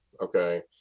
Okay